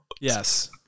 Yes